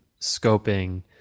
scoping